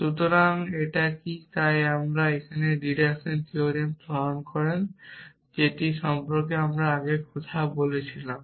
সুতরাং এটা কি তাই আপনি যদি ডিডাকশন থিওরেমটি স্মরণ করেন যেটি সম্পর্কে আমরা আগে কথা বলেছিলাম